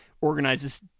organizes